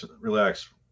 relax